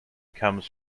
comes